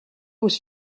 was